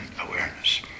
awareness